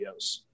videos